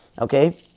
Okay